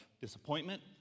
disappointment